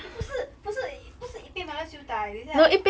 eh 不是不是不是一杯 bandung siew dai 等一下